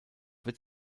wird